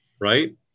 right